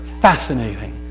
fascinating